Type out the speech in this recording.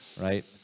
right